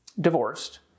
divorced